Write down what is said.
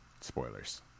Spoilers